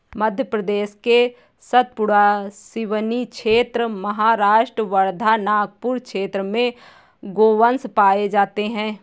मध्य प्रदेश के सतपुड़ा, सिवनी क्षेत्र, महाराष्ट्र वर्धा, नागपुर क्षेत्र में गोवंश पाये जाते हैं